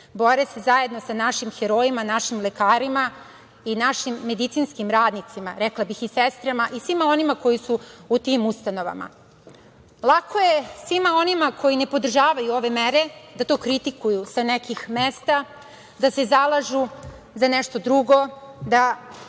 Bore se zajedno sa našim herojima, našim lekarima i našim medicinskim radnicima, rekla bih i sestrama i svima onima koji su u tim ustanovama. Lako je svima onima koji ne podržavaju ove mere da to kritikuju sa nekih mesta, da se zalažu za nešto drugo, da,